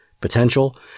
potential